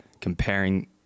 comparing